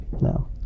No